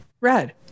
Red